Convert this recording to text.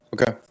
Okay